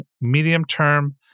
medium-term